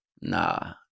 Nah